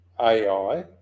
AI